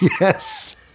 Yes